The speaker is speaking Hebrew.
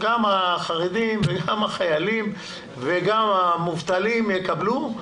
גם החרדים וגם החיילים וגם המובטלים יקבלו.